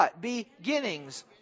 beginnings